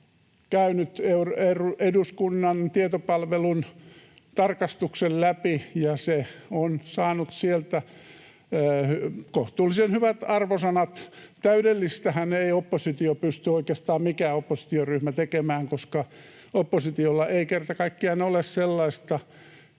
käynyt eduskunnan tietopalvelun tarkastuksen läpi, ja se on saanut sieltä kohtuullisen hyvät arvosanat. Täydellistähän ei oppositio, oikeastaan mikään oppositioryhmä, pysty tekemään, koska oppositiolla ei kerta kaikkiaan ole sellaista